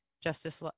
Justice